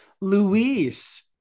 Luis